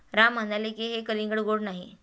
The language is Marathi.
राम म्हणाले की, हे कलिंगड गोड नाही